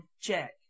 check